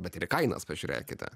bet ir į kainas pažiūrėkite